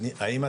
מירי בבקשה.